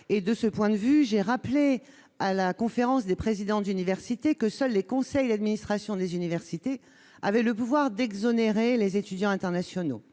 De ce point de vue, j'ai rappelé à la Conférence des présidents d'université que seuls les conseils d'administration des universités avaient le pouvoir d'exonérer les étudiants internationaux.